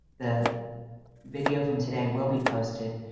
the video from today will be posted,